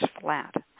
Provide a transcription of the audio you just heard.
flat